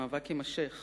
המאבק יימשך